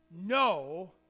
no